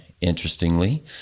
interestingly